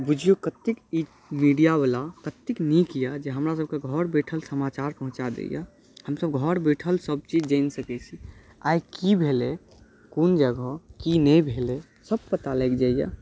बुझिऔ कतेक ई मीडियावला कतेक नीक अइ जे हमरासबके घर बैठल समाचार पहुँचा दैए हमसब घर बैठल सबचीज जानि सकै छी आइ कि भेलै कोन जगह कि नहि भेलै सब पता लागि जाइए